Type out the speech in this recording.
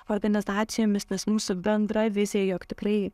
organizacijomis nes mūsų bendra vizija jog tikrai